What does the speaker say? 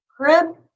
crib